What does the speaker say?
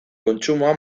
kontsumoa